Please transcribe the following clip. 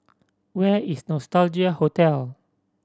where is Nostalgia Hotel